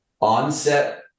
onset